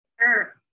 Sure